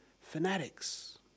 fanatics